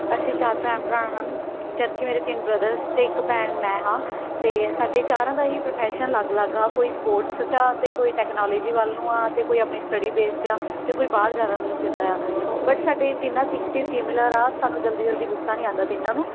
ਅਸੀਂ ਚਾਰ ਭੈਣ ਭਰਾ ਹਨ ਜਦ ਕਿ ਮੇਰੇ ਤਿੰਨ ਬ੍ਰਦਰਸ ਅਤੇ ਇੱਕ ਭੈਣ ਮੈਂ ਹਾਂ ਅਤੇ ਸਾਡੇ ਚਾਰਾਂ ਦਾ ਹੀ ਪ੍ਰੋਫੈਸ਼ਨ ਅਲੱਗ ਅਲੱਗ ਆ ਕੋਈ ਸਪੋਰਟਸ 'ਚ ਆ ਅਤੇ ਕੋਈ ਟੈਕਨੋਲੋਜੀ ਵੱਲ ਨੂੰ ਆ ਅਤੇ ਕੋਈ ਆਪਣੀ ਸਟੱਡੀ ਬੇਸ 'ਤੇ ਆ ਅਤੇ ਕੋਈ ਬਾਹਰ ਜਾਣ ਨੂੰ ਫਿਰਦਾ ਆ ਬਟ ਸਾਡੇ ਤਿੰਨਾਂ 'ਚ ਇੱਕ ਚੀਜ਼ ਸਿਮੀਲਰ ਆ ਸਾਨੂੰ ਜਲਦੀ ਜਲਦੀ ਗੁੱਸਾ ਨਹੀਂ ਆਉਂਦਾ ਤਿੰਨਾਂ ਨੂੰ